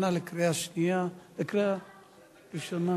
הצעת החוק תעבור לוועדת העבודה והרווחה להכנה לקריאה ראשונה.